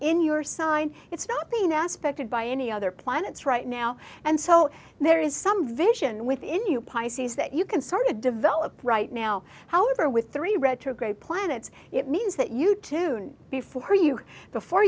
in your sign it's nothing aspected by any other planets right now and so there is some vision within you pisces that you can start to develop right now however with three retrograde planets it means that you two before you before